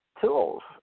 tools